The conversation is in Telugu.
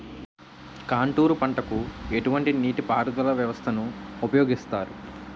కాంటూరు పంటకు ఎటువంటి నీటిపారుదల వ్యవస్థను ఉపయోగిస్తారు?